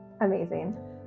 Amazing